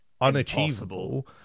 unachievable